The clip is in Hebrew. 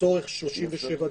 לצורך 37(ד),